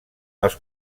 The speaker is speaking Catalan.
els